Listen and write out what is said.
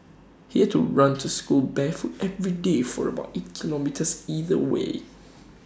he had to run to school barefoot every day for about eight kilometres either way